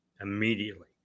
immediately